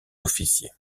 officiers